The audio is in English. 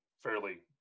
fairly